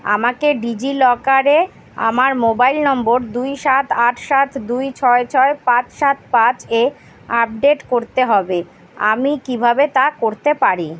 আমাকে ডিজিলকারে আমার মোবাইল নম্বর দুই সাত আট সাত দুই ছয় ছয় পাঁচ সাত পাঁচ এ আপডেট করতে হবে আমি কীভাবে তা করতে পারি